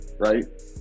Right